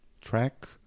track